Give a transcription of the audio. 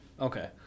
okay